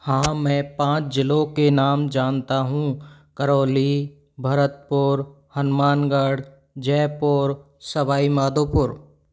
हाँ मैं पाँच जिलों के नाम जानता हूँ करौली भरतपुर हनुमानगढ़ जयपुर सवाई माधोपुर